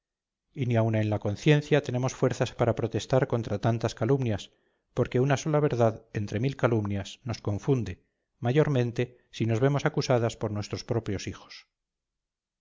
y ni aun en la conciencia tenemos fuerzas para protestar contra tantas calumnias porque una sola verdad entre mil calumnias nos confunde mayormente si nos vemos acusadas por nuestros propios hijos